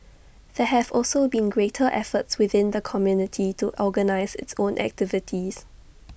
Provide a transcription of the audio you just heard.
there have also been greater efforts within the community to organise its own activities